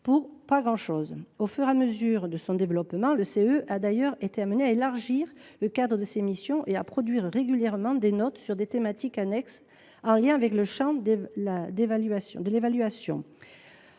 pour pas grand chose… Au fur et à mesure de son développement, le CEE a d’ailleurs été amené à élargir le cadre de ses missions et à produire régulièrement des notes sur des thématiques annexes en lien avec le champ de l’évaluation.